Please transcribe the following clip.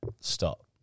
Stop